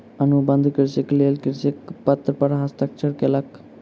अनुबंध कृषिक लेल कृषक पत्र पर हस्ताक्षर कयलक